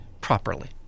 properly